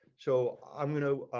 so i'm you know